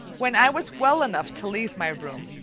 when i was well enough to leave my room,